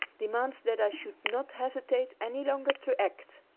demands that i should not hesitate any longer to act.